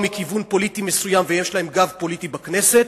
מכיוון פוליטי מסוים ויש להם גב פוליטי בכנסת,